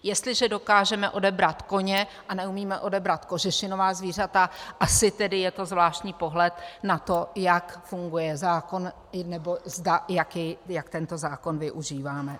Jestliže dokážeme odebrat koně a neumíme odebrat kožešinová zvířata, asi tedy je to zvláštní pohled na to, jak funguje zákon nebo zda, jak tento zákon využíváme.